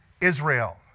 Israel